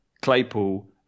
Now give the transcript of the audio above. Claypool